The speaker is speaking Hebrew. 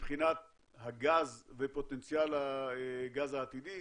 מבחינת הגז ופוטנציאל הגז העתידי,